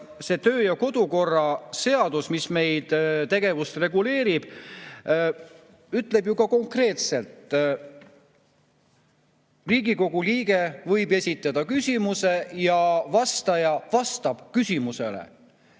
ka töö‑ ja kodukorra seadus, mis meie tegevust reguleerib, ütleb konkreetselt: Riigikogu liige võib esitada küsimuse ja vastaja vastab küsimusele.